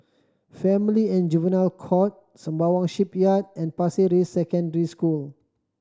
Family and Juvenile Court Sembawang Shipyard and Pasir Ris Secondary School